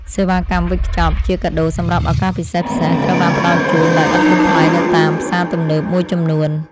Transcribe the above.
សេវាកម្មវេចខ្ចប់ជាកាដូសម្រាប់ឱកាសពិសេសៗត្រូវបានផ្ដល់ជូនដោយឥតគិតថ្លៃនៅតាមផ្សារទំនើបមួយចំនួន។